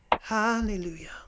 Hallelujah